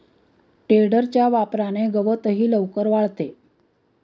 टेडरच्या वापराने गवतही लवकर वाळते